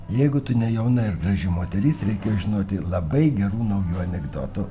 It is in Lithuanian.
jeigu tu ne jauna ir graži moteris reikėjo žinoti labai gerų naujų anekdotų